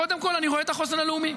קודם כול אני רואה את החוסן הלאומי.